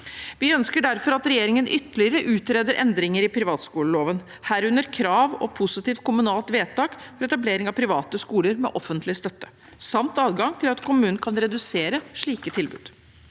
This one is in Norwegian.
Vi ønsker derfor at regjeringen utreder ytterligere endringer i privatskoleloven, herunder krav om positivt kommunalt vedtak ved etablering av private skoler med offentlig støtte samt adgang til at kommunen kan redusere slike tilbud.